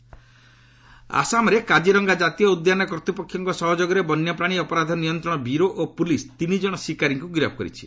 poachers arrested ଆସାମରେ କାଜିରଙ୍ଗା ଜାତୀୟ ଉଦ୍ୟାନର କର୍ତ୍ତ୍ୱପକ୍ଷଙ୍କ ସହଯୋଗରେ ବନ୍ୟ ପ୍ରାଣୀ ଅପରାଧ ନିୟନ୍ତ୍ରଣ ବ୍ୟୁରୋ ଓ ପୁଲିସ୍ ତିନି ଜଣ ଶିକାରୀଙ୍କୁ ଗିରଫ କରିଛି